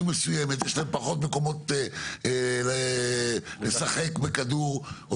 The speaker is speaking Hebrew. מסוימת יש להם פחות מקומות לשחק בכדור,